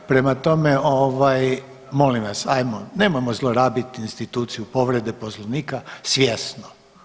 Prema tom molim vas, hajmo nemojmo zlorabiti instituciju povrede Poslovnika svjesno.